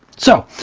so,